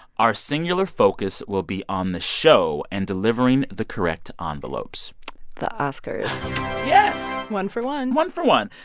our singular focus will be on the show and delivering the correct ah envelopes the oscars yes one for one one for one.